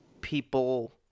people